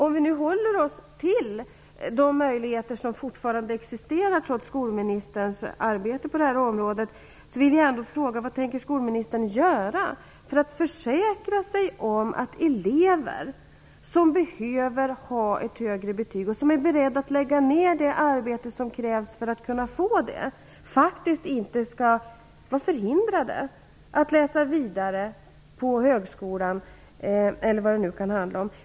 Om vi nu håller oss till de möjligheter som fortfarande existerar, trots skolministerns arbete på det här området, vill jag ändå fråga: Vad tänker skolministern göra för att försäkra sig om att elever som behöver ha ett högre betyg och som är beredda att lägga ner det arbete som krävs för att kunna få det inte skall vara förhindrade att läsa vidare på exempelvis högskolan?